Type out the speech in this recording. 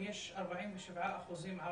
יש 47% ערבים,